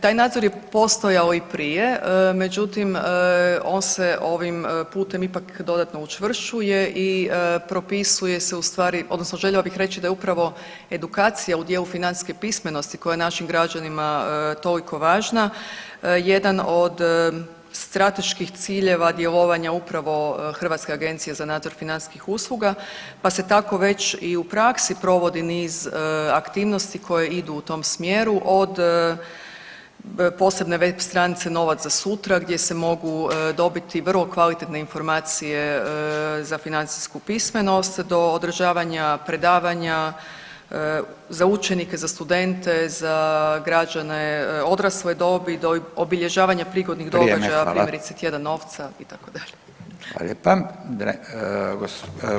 Taj nadzor je postojao i prije, međutim on se ovim putem ipak dodatno učvršćuje i propisuje se u stvari odnosno željela bih reći da je upravo edukacija u dijelu financijske pismenosti koja je našim građanima toliko važna jedan od strateških ciljeva djelovanja upravo Hrvatske agencije za nadzor financijskih usluga, pa se tako već i u praksi provodi niz aktivnosti koje idu u tom smjeru, od posebne web stranice „Novac za sutra“ gdje se mogu dobiti vrlo kvalitetne informacije za financijsku pismenost do održavanja predavanja za učenike, za studente, za građane odrasle dobi do obilježavanja prigodnih događaja primjerice „Tjedan novaca“ itd.